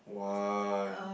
why